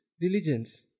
diligence